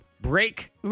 Break